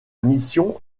mission